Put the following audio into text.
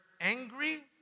angry